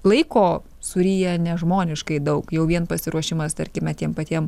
laiko suryja nežmoniškai daug jau vien pasiruošimas tarkime tiem patiem